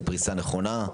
זוהי פריסה נכונה?